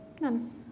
None